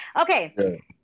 Okay